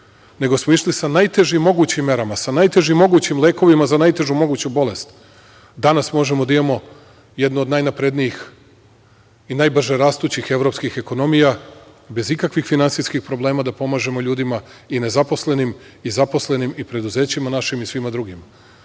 nego smo išli sa najtežim mogućim merama, sa najtežim mogućim lekovima za najtežu moguću bolest. Danas možemo da imamo jednu od najnaprednijih i najbrže rastućih evropskih ekonomija, bez ikakvih finansijskih problema da pomažemo ljudima i nezaposlenim i zaposlenim, i preduzećima našim i svima drugima.